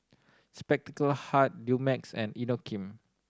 Spectacle Hut Dumex and Inokim